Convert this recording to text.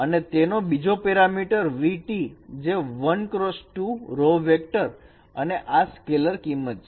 અને તેનો બીજો પેરામીટર vT જે 1 x 2 રો વેક્ટર અને આ સ્કેલર કિંમત છે